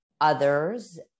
others